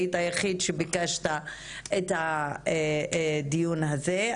היית יחיד שביקשת את הדיון הזה.